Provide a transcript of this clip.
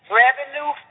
revenue